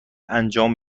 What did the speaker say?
انجام